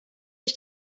ich